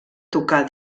tocar